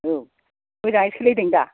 औ मोजाङै सोलिदों दा